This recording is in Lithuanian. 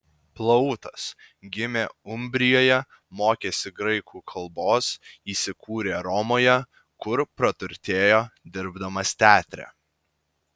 plautas gimė umbrijoje mokėsi graikų kalbos įsikūrė romoje kur praturtėjo dirbdamas teatre